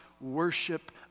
worship